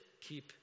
keep